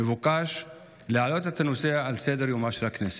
מבוקש להעלות את הנושא על סדר-יומה של הכנסת.